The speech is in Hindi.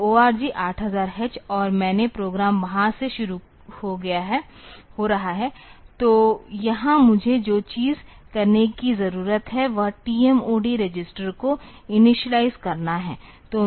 तोORG 8000H और मैन प्रोग्राम वहां से शुरू हो रहा है तो यहां मुझे जो चीज़ करने की ज़रूरत है वह TMOD रजिस्टर को इनिशियलाइज़ करना है